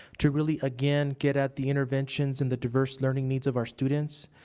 to really, again, get at the interventions and the diverse learning needs of our students.